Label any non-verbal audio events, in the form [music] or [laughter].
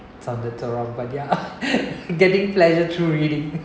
[laughs] getting pleasure through reading